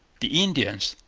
the indians.